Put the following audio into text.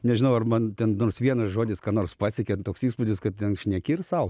nežinau ar man ten nors vienas žodis ką nors pasiekė toks įspūdis kad ten šneki ir sau